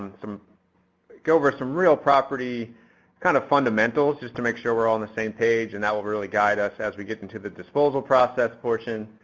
and go over some real property kind of fundamentals just to make sure we're all and the same page and that will really guide us as we get into the disposal process portion,